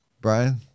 Brian